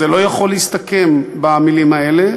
זה לא יכול להסתכם במילים האלה.